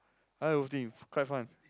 I like WolfTeam quite fun